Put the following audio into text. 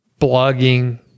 blogging